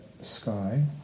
sky